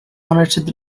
monitored